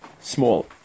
small